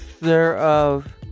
thereof